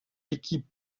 équipes